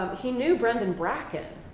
he knew brendan brackett,